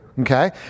Okay